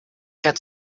cat